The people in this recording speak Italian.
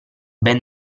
ben